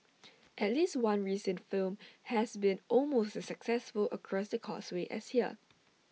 at least one recent film has been almost successful across the causeway as here